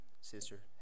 Sister